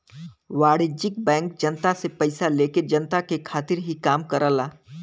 वाणिज्यिक बैंक जनता से पइसा लेके जनता के खातिर ही काम करला